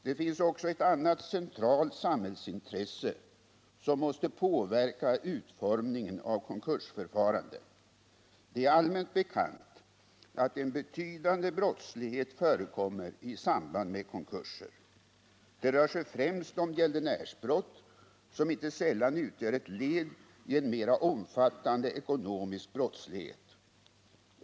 Det finns också ett annat centralt samhällsintresse som måste påverka utformningen av konkursförfarandet. Det är allmänt bekant att en betydande brottslighet förekommer i samband med konkurser. Det rör sig främst om gäldenärsbrott, som inte sällan utgör ett led i en mera omfattande ekonomisk brottslighet.